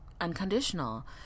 unconditional